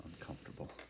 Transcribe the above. uncomfortable